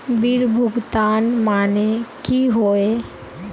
Bill भुगतान माने की होय?